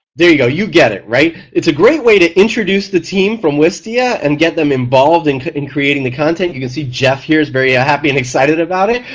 there you go, you get it, right? it's a great to introduce the team from wistia and get them involved in in creating the content, you can see jeff here is very yeah happy and excited about it,